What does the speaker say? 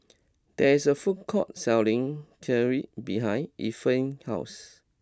there is a food court selling Kheer behind Efren's house